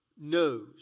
Knows